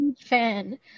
fan